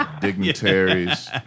dignitaries